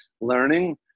learning